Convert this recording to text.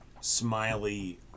Smiley